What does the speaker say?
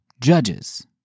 judges